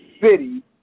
city